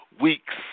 Weeks